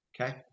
Okay